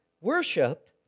worship